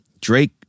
Drake